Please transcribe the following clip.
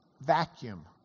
vacuum